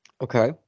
Okay